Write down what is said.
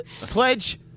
Pledge